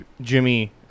Jimmy